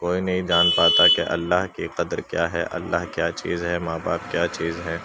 کوئی نہیں جان پاتا کہ اللہ کی قدر کیا ہے اللہ کیا چیز ہے ماں باپ کیا چیز ہے